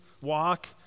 walk